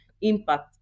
impact